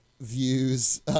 views